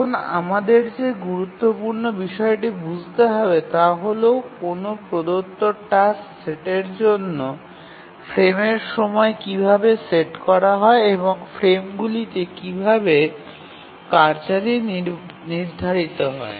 এখন আমাদের যে গুরুত্বপূর্ণ বিষয়টি বুঝতে হবে তা হল কোনও প্রদত্ত টাস্ক সেটের জন্য ফ্রেমের সময় কীভাবে সেট করা হয় এবং ফ্রেমগুলিতে কীভাবে কার্যাদি নির্ধারিত করে